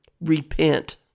Repent